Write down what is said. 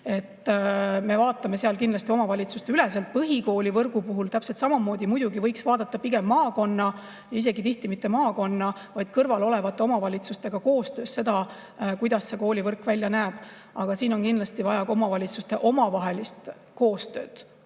Me vaatame seda kindlasti omavalitsusteüleselt. Põhikoolivõrgu puhul täpselt samamoodi muidugi võiks vaadata pigem maakonna, tihti isegi mitte maakonna, vaid ka muude kõrval olevate omavalitsustega koostöös, kuidas koolivõrk välja näeb. Siin on kindlasti vaja omavalitsuste koostööd